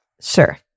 Sure